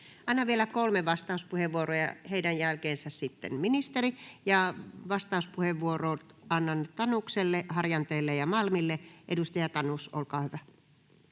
Annan vielä kolme vastauspuheenvuoroa, ja heidän jälkeensä sitten ministeri. Vastauspuheenvuorot annan Tanukselle, Harjanteelle ja Malmille. — Edustaja Tanus, olkaa hyvä.